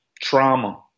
trauma